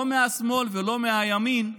לא מהשמאל ולא מהימין,